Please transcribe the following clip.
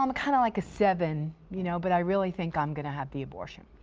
um kind of like a seven you know but i really think i'm going to have the abortion.